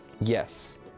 yes